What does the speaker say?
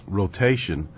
rotation